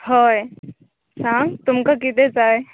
हय सांग तुमकां किदें जाय